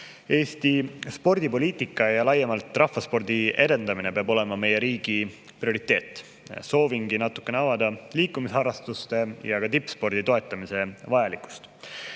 Eesti spordipoliitika ja laiemalt rahvaspordi edendamine peab olema meie riigi prioriteet. Soovingi natukene avada, [miks] on liikumisharrastuse ja ka tippspordi toetamine vajalik. Esiteks